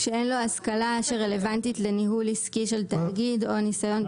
שאין לו השכלה שרלוונטית לניהול עסקי של תאגיד או ניסיון,